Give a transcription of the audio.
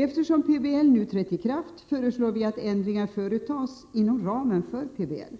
Eftersom PBL nu trätt i kraft, föreslår vi att ändringar företas inom ramen för PBL.